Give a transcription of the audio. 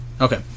Okay